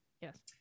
Yes